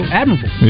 admirable